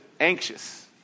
anxious